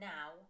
Now